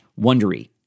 wondery